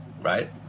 right